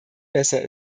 besser